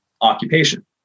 occupation